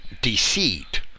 deceit